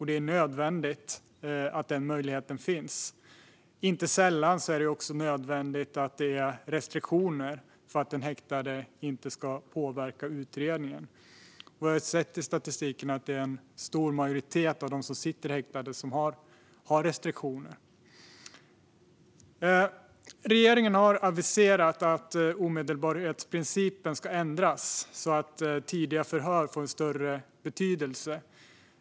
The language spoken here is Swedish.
Det är nödvändigt att den möjligheten finns. Inte sällan är det också nödvändigt att det finns restriktioner för att den häktade inte ska påverka utredningen. Jag har sett i statistiken att det är en stor majoritet av de som sitter häktade som har restriktioner. Regeringen har aviserat att omedelbarhetsprincipen ska ändras så att tidiga förhör får större betydelse.